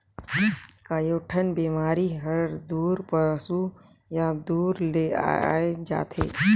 कयोठन बेमारी हर दूसर पसु या दूसर ले आये जाथे